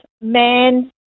man-